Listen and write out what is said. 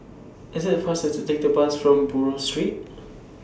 IS IT faster to Take The Bus from Buroh Street